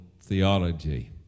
theology